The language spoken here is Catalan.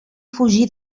fugir